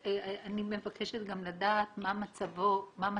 ברשותך, אני מבקשת גם לדעת מה מצבן